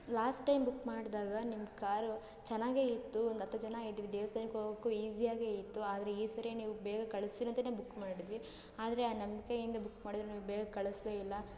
last time book ಮಾಡಿದಾಗ ನಿಮ್ಮ car ಚೆನ್ನಾಗೆ ಇತ್ತು ಒಂದು ಹತ್ತು ಜನ ಇದ್ವಿ ದೇವಸ್ಥಾನ ಹೋಗೋಕ್ಕೂ ಈಝಿಯಾಗೆ ಇತ್ತು ಆದರೆ ಈ ಸಾರಿ ನೀವು ಬೇಗ ಕಳಿಸ್ತೀರ ಅಂತನೇ ಬುಕ್ ಮಾಡಿದ್ವಿ ಆದರೆ ಆ ನಂಬಿಕೆಯಿಂದ ಬುಕ್ ಮಾಡ್ದ್ರೆ ನೀವು ಬೇಗ ಕಳಿಸ್ಲೇ ಇಲ್ಲ